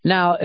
Now